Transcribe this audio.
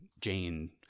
Jane